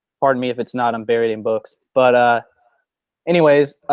pardon me if it's not, i'm buried in books but ah anyways.